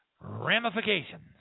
ramifications